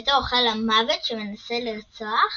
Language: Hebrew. בהיותו אוכל מוות שמנסה לרצוח